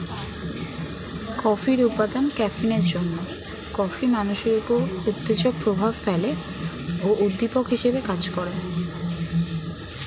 কফির উপাদান ক্যাফিনের জন্যে কফি মানুষের উপর উত্তেজক প্রভাব ফেলে ও উদ্দীপক হিসেবে কাজ করে